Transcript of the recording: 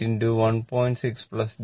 6 j 7